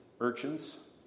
urchins